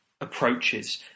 Approaches